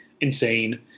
insane